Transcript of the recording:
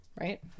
right